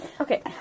Okay